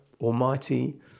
almighty